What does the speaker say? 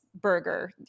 burger